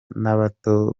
n’abato